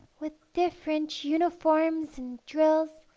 with different uniforms and drills,